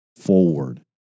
forward